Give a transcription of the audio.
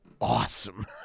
awesome